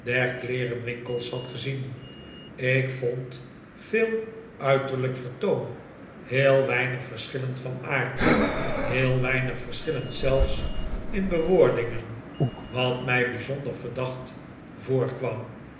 kleerenwinkels had gezien ik vond veel uiterlijk vertoon heel weinig verschillend van aard heel weinig verschillend zelfs in bewoordingen wat mij bijzonder verdacht voorkwam